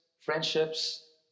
friendships